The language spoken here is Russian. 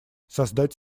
создать